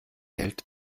hält